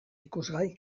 ikusgai